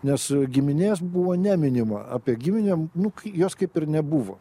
nes giminės buvo neminima apie giminę nu jos kaip ir nebuvo